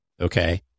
okay